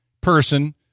person